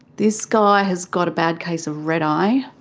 this guy has got a bad case of red-eye.